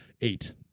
eight